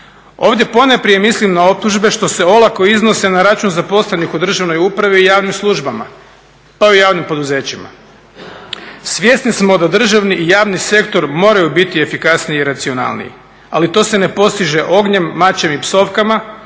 Ovdje ponajprije mislim na optužbe što se olako iznose na račun zaposlenih u državnoj upravi i javnim službama pa i u javnim poduzećima. Svjesni smo da državni i javni sektor moraju biti efikasniji racionalniji, ali to se ne postiže ognjem, mačem i psovkama